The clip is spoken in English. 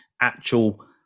actual